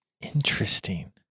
Interesting